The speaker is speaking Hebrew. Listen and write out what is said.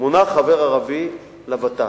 מונה חבר ערבי לות"ת,